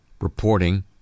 reporting